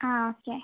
ആ ഓക്കെ